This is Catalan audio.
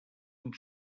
amb